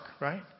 right